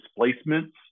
displacements